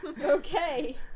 Okay